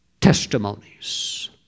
testimonies